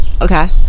Okay